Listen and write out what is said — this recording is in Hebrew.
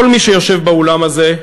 כל מי שיושב באולם הזה,